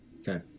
Okay